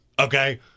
okay